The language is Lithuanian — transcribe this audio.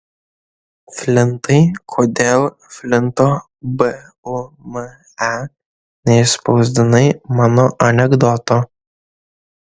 flintai kodėl flinto bume neišspausdinai mano anekdoto